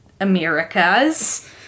Americas